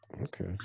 Okay